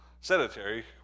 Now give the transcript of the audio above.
sedentary